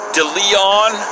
DeLeon